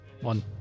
one